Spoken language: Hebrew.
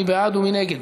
מי בעד ומי נגד?